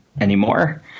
anymore